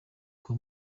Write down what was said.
kwa